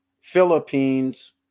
Philippines